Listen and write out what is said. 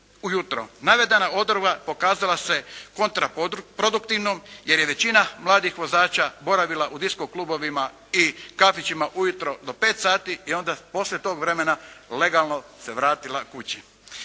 jutro. Navedena odredba pokazala se kontra produktivnom jer je većina mladih vozača boravila u disco klubovima i kafićima u jutro do 5 sati i onda poslije toga legalno se vratila kući.